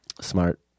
Smart